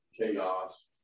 chaos